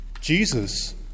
Jesus